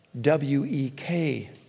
W-E-K